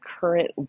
current